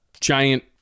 giant